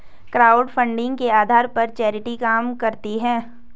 crowdfunding के आधार पर चैरिटी काम करती है